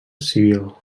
civil